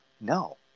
no